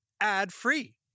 ad-free